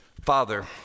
Father